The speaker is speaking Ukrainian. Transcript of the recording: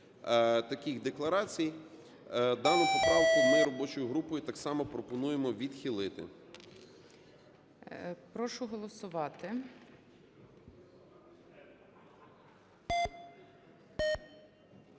дану поправку ми робочою групою так само пропонуємо відхилити.